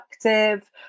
productive